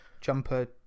jumper